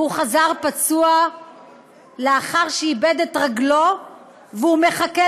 והוא חזר פצוע לאחר שאיבד את רגלו ומחכה